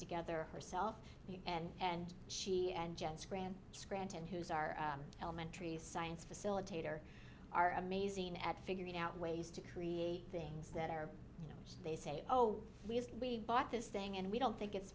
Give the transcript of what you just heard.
together herself and she and jess grant scranton who's our elementary science facilitator are amazing at figuring out ways to create things that are you know they say oh we bought this thing and we don't think it's